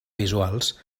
visuals